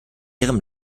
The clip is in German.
ihrem